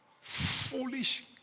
foolish